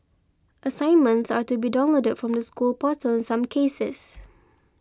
assignments are to be downloaded from the school portal in some cases